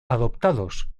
adoptados